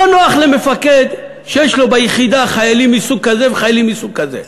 לא נוח למפקד שיש לו ביחידה חיילים מסוג כזה וחיילים מסוג כזה.